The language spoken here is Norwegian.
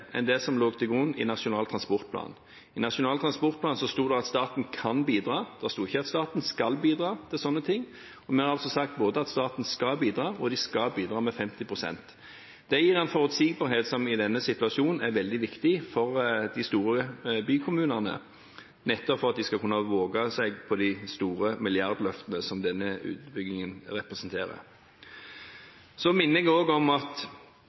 enn det som lå til grunn i Nasjonal transportplan. I Nasjonal transportplan sto det at staten kan bidra – det sto ikke at staten skal bidra til sånne ting – og vi har altså sagt både at staten skal bidra, og at den skal bidra med 50 pst. Det gir en forutsigbarhet som i denne situasjonen er veldig viktig for de store bykommunene, nettopp for at de skal kunne våge seg på de store milliardløftene som denne utbyggingen representerer. Jeg minner også om at